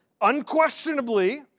unquestionably